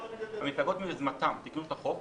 המפלגות מיוזמתן תיקנו את החוק